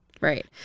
Right